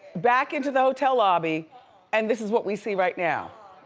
back into the hotel lobby and this is what we see right now.